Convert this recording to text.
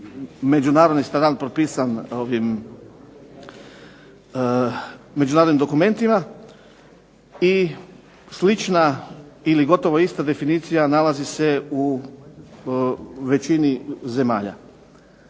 međunarodni standard propisan međunarodnim dokumentima i slična ili gotovo ista definicija nalzi se u većini zemalja.